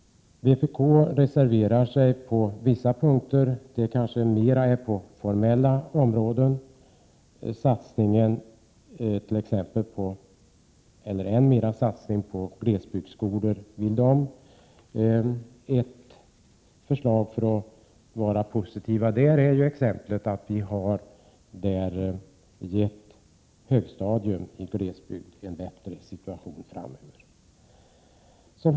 Vpk reserverar sig på vissa punkter, kanske mera av formella skäl. Man vill t.ex. ha en ännu större satsning på glesbygdsskolor. Jag vill peka på att vi har lagt fram ett förslag som innebär att högstadier i glesbygden får en bättre situation framöver.